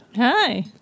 hi